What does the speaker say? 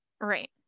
Right